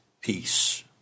peace